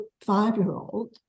five-year-old